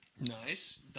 nice